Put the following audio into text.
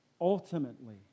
ultimately